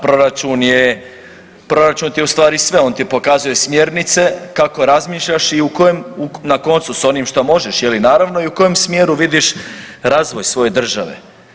Proračun ti je ustvari sve, on ti pokazuje smjernice kako razmišljaš i u kojem na koncu s onim što možeš, je li naravno i u kojem smjeru vidiš razvoj svoje države.